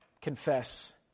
confess